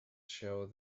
show